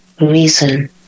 reason